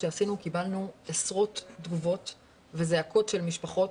שעשינו קיבלנו עשרות תגובות וזעקות של משפחות